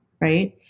right